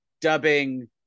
dubbing